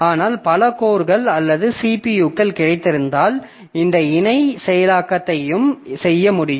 ஆனால் பல கோர்கள் அல்லது பல CPUக்கள் கிடைத்திருந்தால் இந்த இணை செயலாக்கத்தையும் செய்ய முடியும்